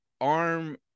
arm –